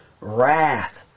wrath